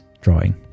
drawing